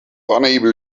unable